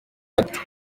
hato